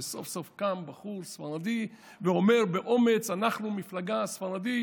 שסוף-סוף קם בחור ספרדי ואומר באומץ: אנחנו מפלגה ספרדית,